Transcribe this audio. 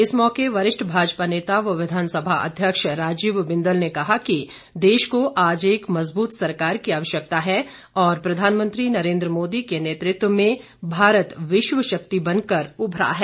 इस मौके वरिष्ठ भाजपा नेता व विधानसभा अध्यक्ष राजीव बिंदल ने कहा कि देश को आज एक मजबूत सरकार की आवश्यकता है और प्रधानमंत्री नरेन्द्र मोदी के नेतृत्व में भारत विश्व शक्ति बनकर उभरा है